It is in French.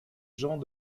gens